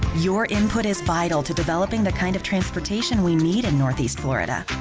your input is vital to developing the kind of transportation we need in northeast florida.